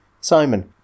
Simon